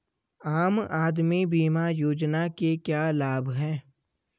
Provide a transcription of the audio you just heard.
आम आदमी बीमा योजना के क्या लाभ हैं?